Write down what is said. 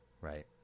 right